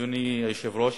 אדוני היושב-ראש,